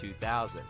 2000